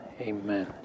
Amen